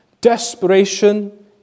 desperation